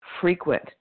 frequent